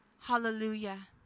Hallelujah